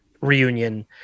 Reunion